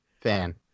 fan